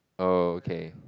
oh okay